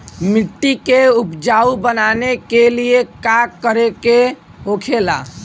मिट्टी के उपजाऊ बनाने के लिए का करके होखेला?